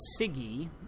Siggy